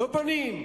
לא בונים.